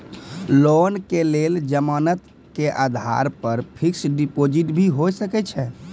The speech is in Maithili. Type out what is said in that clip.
लोन के लेल जमानत के आधार पर फिक्स्ड डिपोजिट भी होय सके छै?